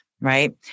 right